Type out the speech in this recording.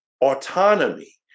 Autonomy